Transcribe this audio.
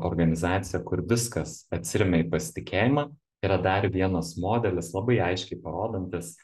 organizacija kur viskas atsiremia į pasitikėjimą yra dar vienas modelis labai aiškiai parodantis